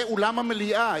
זה אולם המליאה.